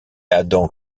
adam